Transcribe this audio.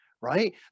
right